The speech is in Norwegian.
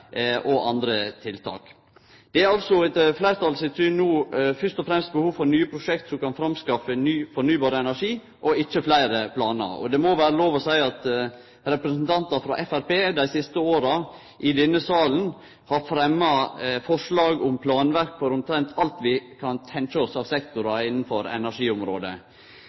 og òg andre tiltak. Det er etter fleirtalet sitt syn no fyrst og fremst behov for nye prosjekt som kan framskaffe ny fornybar energi, og ikkje fleire planar. Og det må vere lov å seie at representantar frå Framstegspartiet dei siste åra i denne salen har fremja forslag om planverk for omtrent alt vi kan tenkje oss av sektorar innanfor energiområdet.